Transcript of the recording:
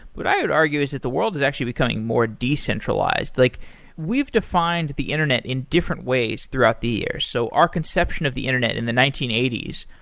what i would argue is that the world is actually becoming more decentralized. like we've defined the internet in different ways throughout the years. so our conception of the internet in the nineteen eighty s,